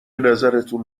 نظرتون